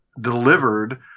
delivered